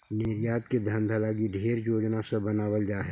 निर्यात के धंधा लागी ढेर योजना सब बनाबल जा हई